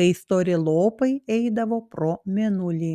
kai stori lopai eidavo pro mėnulį